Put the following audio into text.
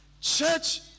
Church